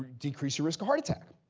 decrease your risk of heart attack.